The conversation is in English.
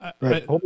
Right